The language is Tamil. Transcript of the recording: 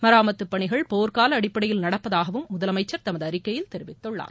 மராமத்து பணிகள் போர்க்கால அடிப்படையில் நடப்பதாகவும் முதலமைச்சள் தமது அறிக்கையில் தெரிவித்துள்ளார்